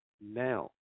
now